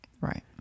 Right